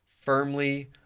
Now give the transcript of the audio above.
firmly